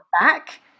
back